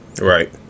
right